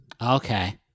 Okay